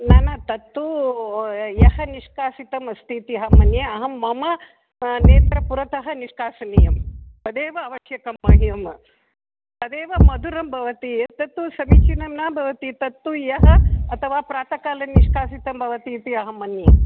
न न तत्तु ह्यः निष्कासितमस्तीति अहं मन्ये अहं मम नेत्रपुरतः निष्कासनीयं तदेव आवश्यकं मह्यं तदेव मधुरं भवति एतत्तु समीचीनं न भवति तत्तु ह्यः अथवा प्रातःकाले निष्कासितं भवति इति अहं मन्ये